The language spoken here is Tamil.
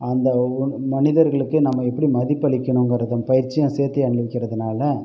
அந்த மனிதர்களுக்கு நம்ம எப்படி மதிப்பளிக்கணுங்கிற பயிற்சியும் சேர்த்தே அளிக்கிறதனால்